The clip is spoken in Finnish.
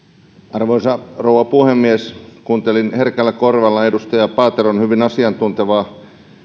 arvoisa rouva puhemies kuuntelin herkällä korvalla edustaja paateron hyvin asiantuntevaa